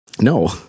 No